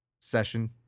Session